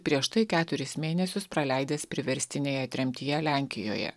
prieš tai keturis mėnesius praleidęs priverstinėje tremtyje lenkijoje